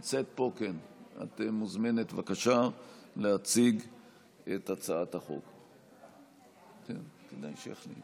אם כך, אנחנו עם שישה קולות בעד, אין מתנגדים,